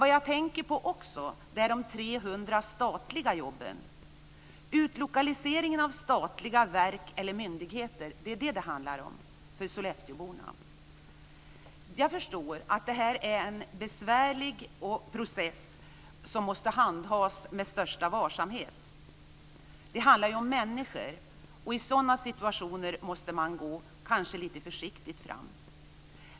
Men jag tänker också på de 300 statliga jobben. För sollefteåborna handlar det om utlokalisering av statliga verk eller myndigheter. Jag förstår att detta är en besvärlig process som måste handhas med största varsamhet. Det handlar ju om människor, och i sådana situationer måste man gå lite försiktigt fram.